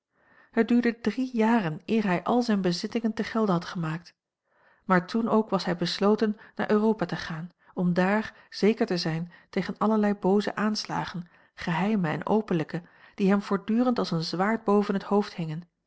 het duurde drie jaren eer hij al zijne bezittingen te gelde had gemaakt maar toen ook was hij besloten naar europa te gaan om dààr zeker te zijn tegen allerlei booze aanslagen geheime en openlijke die hem voortdurend als een zwaard boven het hoofd hingen